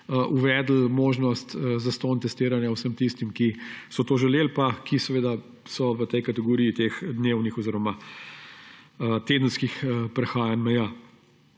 uvedli možnost zastonjskega testiranja vsem tistim, ki so to želeli pa ki so v tej kategoriji dnevnih oziroma tedenskih prehajanj meja.